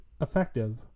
effective